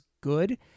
good